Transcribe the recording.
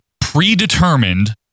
predetermined